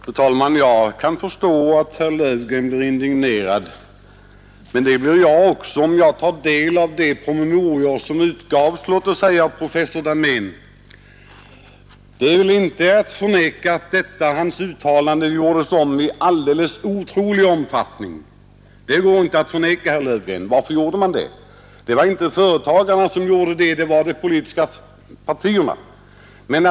Fru talman! Jag kan förstå att herr Löfgren blir indignerad, men det blir jag också när jag tar del av de aktstycken av t.ex. professor Dahmén som utgivits. Det kan väl inte förnekas, herr Löfgren, att hans uttalande gjordes om i oerhört stor omfattning. Varför gjorde man det? Det var inte företagarna utan det var de politiska partierna som gjorde det.